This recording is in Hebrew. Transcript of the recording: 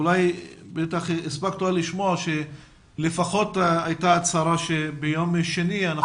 בטח כבר הספקת לשמוע שלפחות הייתה הצהרה שביום שני נקבל את הטיוטה.